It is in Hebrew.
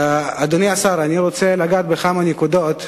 אדוני השר, אני רוצה לגעת בכמה נקודות.